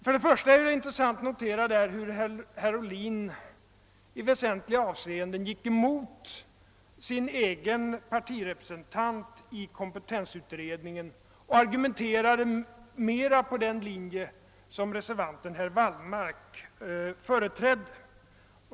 Det är först och främst intressant att notera att herr Ohlin i väsentliga avseenden gick emot sin egen partirepresentant i kompetensutredningen och argumenterade mera efter den linje, som representanten herr Wallmark företräder.